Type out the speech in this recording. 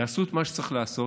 יעשו את מה שצריך לעשות,